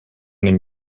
ning